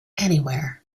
anywhere